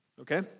Okay